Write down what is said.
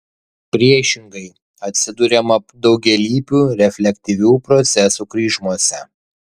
priešingai atsiduriama daugialypių reflektyvių procesų kryžmose